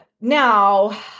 now